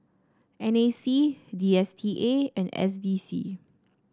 N A C D S T A and S D C